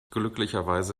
glücklicherweise